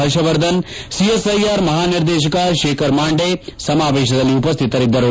Harshvardhan CSIR ಮಹಾನಿರ್ದೇಶಕ ಶೇಖರ್ ಮಾಂಡೆ ಸಮಾವೇಶದಲ್ಲಿ ಉಪಸ್ಥಿತರಿದ್ದರು